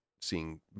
seeing